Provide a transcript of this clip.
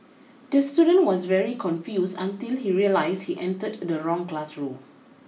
the student was very confused until he realised he entered the wrong classroom